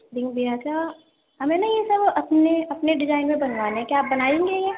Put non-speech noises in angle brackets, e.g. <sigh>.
رنگ <unintelligible> ہمیں نا یہ سب اپنے اپنے ڈیزائن میں بنوانے ہیں کیا آپ بنائیں گے یہ